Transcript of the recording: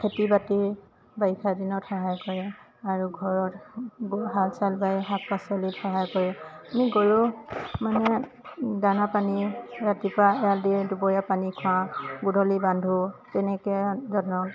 খেতি বাতি বাৰিষা দিনত সহায় কৰে আৰু ঘৰত হাল চাল বাই শাক পাচলিত সহায় কৰে আমি গৰু মানে দানা পানী ৰাতিপুৱা এৰাল দি দুবৰীয়া পানী খোৱাওঁ গধূলি বান্ধো তেনেকৈ ধৰক